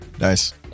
Nice